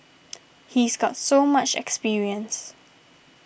he's got so much experience